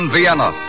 Vienna